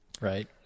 Right